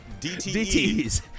DTEs